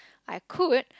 I could